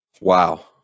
Wow